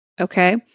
Okay